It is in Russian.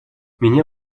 меня